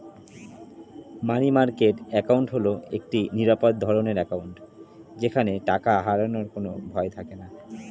মানি market account হল একটি নিরাপদ ধরনের অ্যাকাউন্ট যেখানে টাকা হারানোর কোনো ভয় থাকেনা